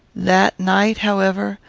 that night, however,